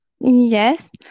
Yes